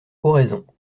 oraison